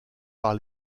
par